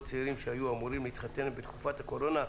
לזוגות צעירים שהיו אמורים להתחתן בתקופת הקורונה",